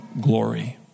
glory